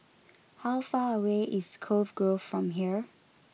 how far away is Cove Grove from here